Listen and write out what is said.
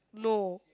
no